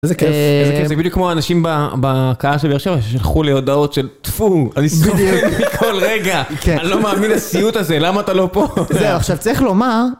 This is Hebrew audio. איזה כיף, איזה כיף. זה בדיוק כמו האנשים בקהל שלי עכשיו, ששלחו לי הודעות של טפו, אני סובל מכל רגע. אני לא מאמין לסיוט הזה, למה אתה לא פה? זה, עכשיו, צריך לומר...